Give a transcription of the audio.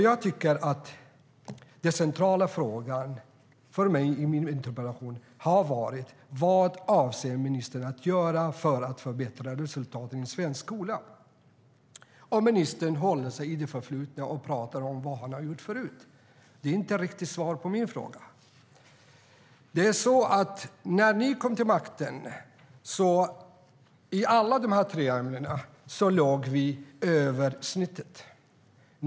Jag tycker att den centrala frågan i min interpellation har varit vad ministern avser att göra för att förbättra resultaten i svensk skola. Ministern håller sig dock i det förflutna och pratar om vad han har gjort förut. Det är inte riktigt ett svar på min fråga. När ni kom till makten låg vi över snittet i alla de här tre ämnena.